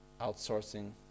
Outsourcing